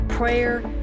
prayer